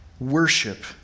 Worship